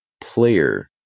player